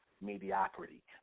mediocrity